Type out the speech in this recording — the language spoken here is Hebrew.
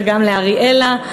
וגם לאריאלה.